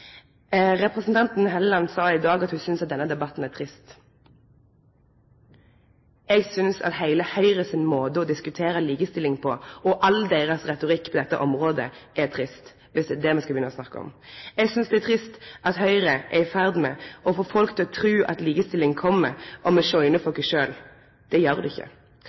Representanten Hofstad Helleland sa i dag at ho synest denne debatten er trist. Eg synest at heile Høgre sin måte å diskutere likestilling på, og all deira retorikk på dette området, er trist, viss det er det me skal begynne å snakke om. Eg synest det er trist at Høgre er i ferd med å få folk til å tru at likestilling kjem om me «sjoiner» for oss sjølve. Det gjer det ikkje.